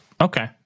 Okay